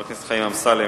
חבר הכנסת חיים אמסלם,